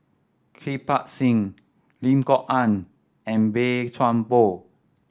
Kirpal Singh Lim Kok Ann and Boey Chuan Poh